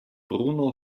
bruno